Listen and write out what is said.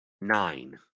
nine